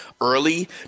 early